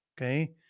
okay